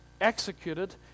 executed